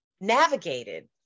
navigated